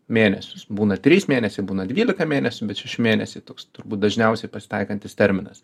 mėnesius būna trys mėnesiai būna dvylika mėnesių bet šeši mėnesiai toks turbūt dažniausiai pasitaikantis terminas